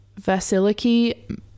Vasiliki